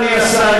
אדוני השר,